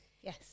Yes